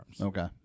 Okay